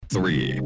Three